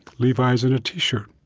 levi's, and a t-shirt.